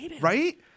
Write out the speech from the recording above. right